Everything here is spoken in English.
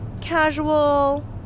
casual